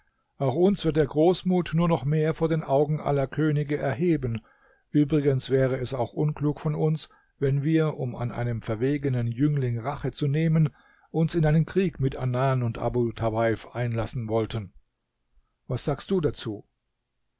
auch uns wird der großmut nur noch mehr vor den augen aller könige erheben übrigens wäre es auch unklug von uns wenn wir um an einem verwegenen jüngling rache zu nehmen uns in einen krieg mit anan und abu tawaif einlassen wollten was sagst du dazu